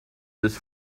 this